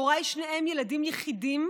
הוריי שניהם ילדים יחידים